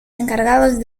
encargados